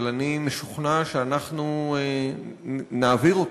אבל אני משוכנע שאנחנו נעביר אותו,